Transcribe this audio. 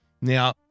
Now